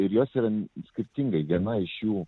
ir jos ir skirtingai viena iš jų